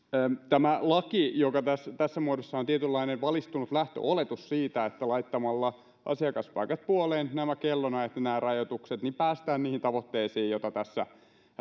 tämä laki joka tässä muodossa on tietynlainen valistunut lähtöoletus siitä että laittamalla asiakaspaikat puoleen sekä nämä kellonajat ja nämä rajoitukset niin päästään niihin tavoitteisiin joita